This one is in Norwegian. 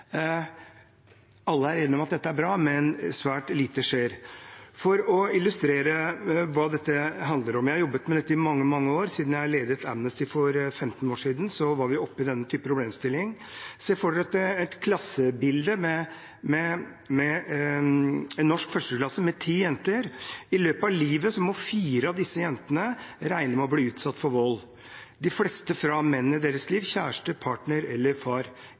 Alle er enige om at dette er bra, men svært lite skjer. For å illustrere hva dette handler om: Jeg har jobbet med dette i mange år, og alt da jeg ledet Amnesty for 15 år siden, var vi oppe i denne typen problemstillinger. Se for dere et klassebilde med en norsk førsteklasse med ti jenter. I løpet av livet må fire av disse jentene regne med å bli utsatt for vold, de fleste fra mennene i deres liv – kjæreste, partner eller far.